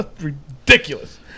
Ridiculous